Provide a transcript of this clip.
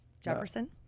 Jefferson